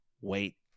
wait